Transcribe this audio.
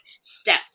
step